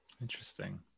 Interesting